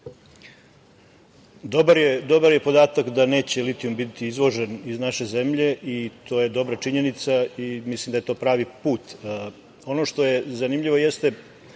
Dobar je podatak da neće litijum biti izvožen iz naše zemlje, to je dobra činjenica i mislim da je to pravi put. Ono što je zanimljivo jeste